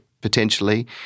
potentially